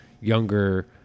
younger